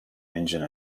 engine